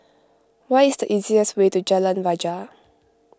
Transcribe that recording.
what is the easiest way to Jalan Rajah